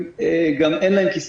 גם אין להם כיסוי.